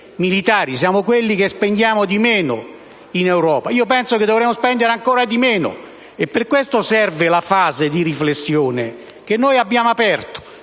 Siamo quelli che spendono di meno in Europa. Io penso che dovremmo spendere ancora di meno, e per questo serve la fase di riflessione che noi abbiamo aperto.